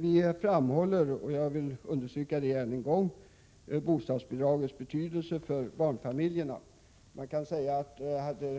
Vi framhåller bostadsbidragets betydelse för barnfamiljerna, vilket jag ännu en gång vill understryka.